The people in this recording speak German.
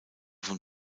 vom